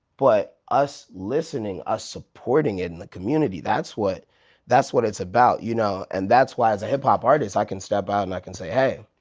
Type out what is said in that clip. but us listening, us supporting it in the community. that's what that's what it's about, you know? and that's why as a hip hop artist i can step out and i can say hey,